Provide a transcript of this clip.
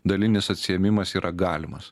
dalinis atsiėmimas yra galimas